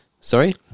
Sorry